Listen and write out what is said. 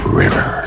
river